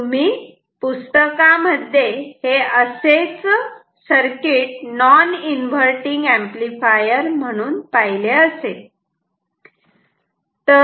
तुम्ही पुस्तकामध्ये हे असेच सर्किट नॉन इन्व्हर्टटिंग एंपलीफायर म्हणून पाहिले असेल